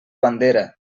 bandera